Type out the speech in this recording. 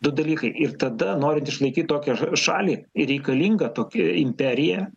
du dalykai ir tada norint išlaikyt tokią šalį ir reikalinga tokia imperija